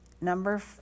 Number